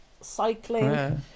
cycling